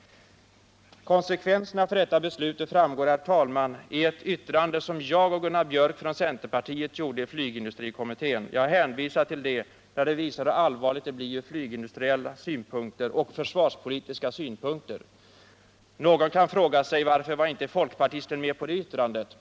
Konsekvenserna av detta beslut framgår, herr talman, av ett yttrande som jag och Gunnar Björk i Gävle från centerpartiet gjorde i flygindustrikommittén, där vi visade hur allvarligt det blir ur flygindustriella och försvarspolitiska synpunkter. Någon kan fråga sig: Varför var inte folkpartisten med på det yttrandet?